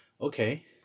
Okay